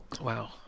wow